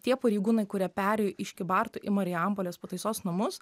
tie pareigūnai kurie perėjo iš kybartų į marijampolės pataisos namus